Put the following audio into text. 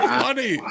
funny